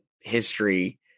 history